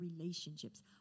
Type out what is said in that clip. relationships